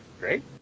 Great